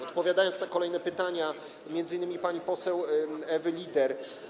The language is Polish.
Odpowiadam na kolejne pytania, m.in. pani poseł Ewy Lieder.